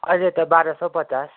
अहिले त बाह्र सौ पचास